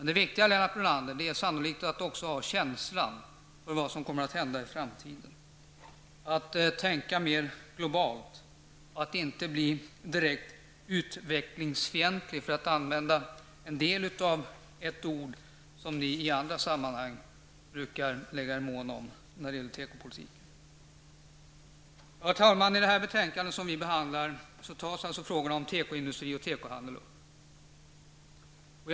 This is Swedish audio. Det viktiga, Lennart Brunander, är att också ha känsla för det som kommer att hända i framtiden, att tänka mer globalt, att inte bli direkt utvecklingsfientlig, för att använda ett ord som ni i andra sammanhang brukar lägga er vinn om när det gäller tekopolitiken. Herr talman! I det betänkande som vi behandlar tas frågorna om tekoindustrin och tekohandeln upp.